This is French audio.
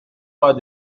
pas